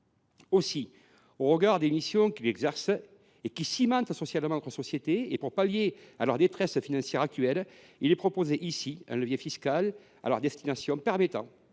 Aussi, au regard des missions qu’ils exercent et qui cimentent socialement notre société et pour pallier leur détresse financière actuelle, il est proposé ici de les pourvoir d’un levier fiscal leur permettant,